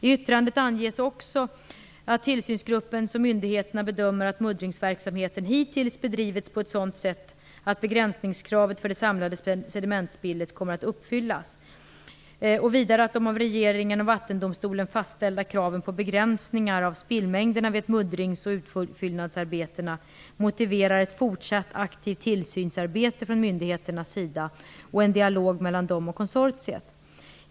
I yttrandet anges också att tillsynsgruppen och tillsynsmyndigheterna bedömer att muddringsverksamheten hittills bedrivits på ett sådant sätt att begränsningkravet för det samlade sedimentspillet kommer att uppfyllas och vidare att de av regeringen och Vattendomstolen fastställda kraven på begränsningar av spillmängderna vid muddrings och utfyllnadsarbetena motiverar ett fortsatt aktivt tillsynsarbete från myndigheternas sida och en dialog mellan dem och konsortiet.